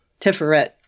Tiferet